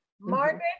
Margaret